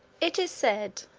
it is said,